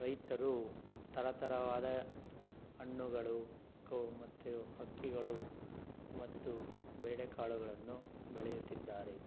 ರೈತರು ಥರ ಥರವಾದ ಹಣ್ಣುಗಳು ಕೋ ಮತ್ತು ಅಕ್ಕಿಗಳು ಮತ್ತು ಬೇಳೆ ಕಾಳುಗಳನ್ನು ಬೆಳೆಯುತ್ತಿದ್ದಾರೆ